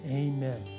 amen